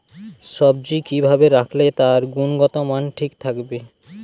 সবজি কি ভাবে রাখলে তার গুনগতমান ঠিক থাকবে?